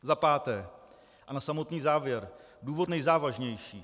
Za páté a na samotný závěr důvod nejzávažnější.